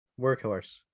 Workhorse